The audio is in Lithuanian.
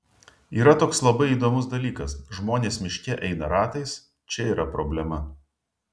yra toks labai įdomus dalykas žmonės miške eina ratais čia yra problema